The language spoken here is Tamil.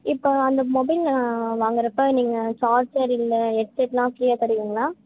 இப்போ அந்த மொபைல் நான் வாங்கறப்போ நீங்கள் சார்ஜர் இல்லை ஹெட்செட்லாம் ஃப்ரீயாக தருவீங்களா